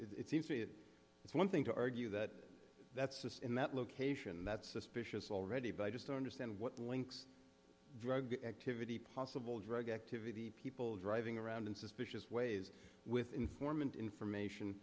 know it seems to me that it's one thing to argue that that's just in that location that's suspicious already by just understand what links drug activity possible drug activity people driving around in suspicious ways with informant information